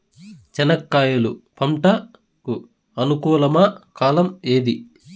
చెనక్కాయలు పంట కు అనుకూలమా కాలం ఏది?